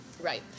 right